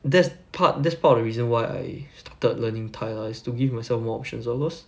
that's pa~ that's part of the reason why I started learning thai lah is to give myself more options lor cause